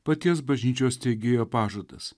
paties bažnyčios steigėjo pažadas